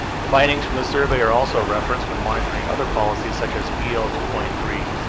findings from the survey are also referenced when monitoring other policies, such as el two point three,